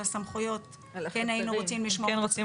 הסמכויות כן היינו רוצים לשמוע על הפיקוח.